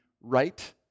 right